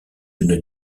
une